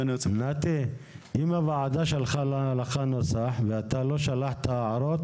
אם הוועדה שלחה לך נוסח ואתה לא שלחת הערות,